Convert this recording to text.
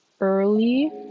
early